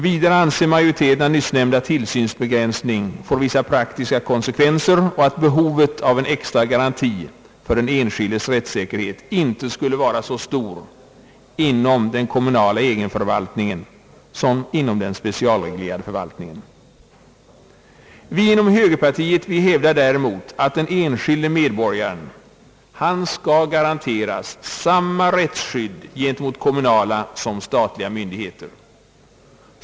Vidare anser majoriteten att nyssnämnda = tillsynsbegränsning «får vissa praktiska konsekvenser och att behovet av en extra garanti för den enskildes rättssäkerhet inte skulle vara så stort inom den kommunala egenförvaltningen som inom den specialreglerade förvaltningen. Vi inom högerpartiet hävdar däremot, att den enskilde medborgaren skall ga ranteras samma rättsskydd gentemot kommunala som gentemot statliga myndigheter.